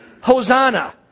Hosanna